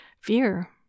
fear